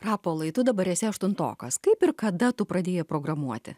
rapolai tu dabar esi aštuntokas kaip ir kada tu pradėjai programuoti